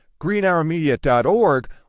greenhourmedia.org